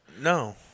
No